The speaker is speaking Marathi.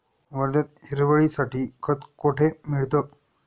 वर्ध्यात हिरवळीसाठी खत कोठे मिळतं?